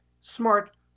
smart